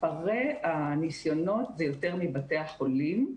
מספרי הניסיונות זה יותר מבתי החולים.